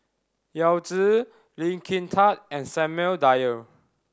Yao Zi Lee Kin Tat and Samuel Dyer